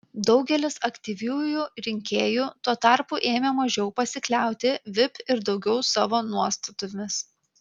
daugelis aktyviųjų rinkėjų tuo tarpu ėmė mažiau pasikliauti vip ir daugiau savo nuostatomis